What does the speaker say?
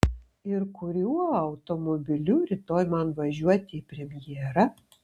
ir kuriuo automobiliu rytoj man važiuoti į premjerą